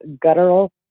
guttural